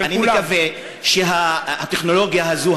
אני מקווה שהטכנולוגיה הזאת,